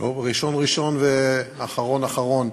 ראשון ראשון ואחרון אחרון.